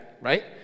right